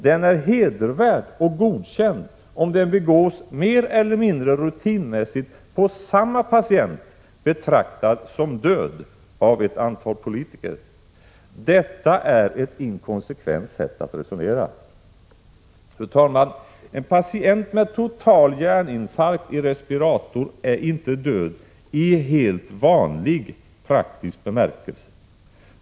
Den är hedervärd och godkänd om den begås mer eller mindre rutinmässigt på samma patient som av ett antal politiker betraktas som död. Detta är ett inkonsekvent sätt att resonera. Fru talman! En patient som har total hjärninfarkt och som ligger i respirator är inte död i helt vanlig, praktisk bemärkelse.